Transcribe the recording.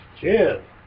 cheers